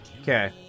Okay